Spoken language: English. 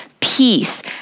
peace